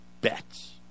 bets